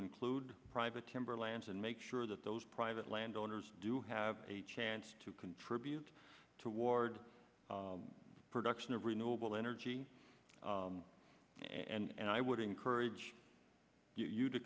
include private timber lands and make sure that those private landowners do have a chance to contribute toward production of renewable energy and i would encourage you to